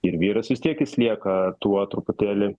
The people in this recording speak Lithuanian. ir vyras vis tiek jis lieka tuo truputėlį